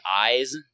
eyes